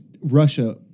Russia